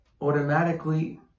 automatically